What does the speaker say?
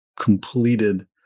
completed